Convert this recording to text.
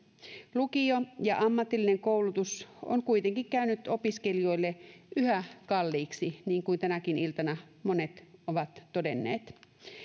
lukio ja ammatillinen koulutus ovat kuitenkin käyneet opiskelijoille yhä kalliimmiksi niin kuin tänäkin iltana monet ovat todenneet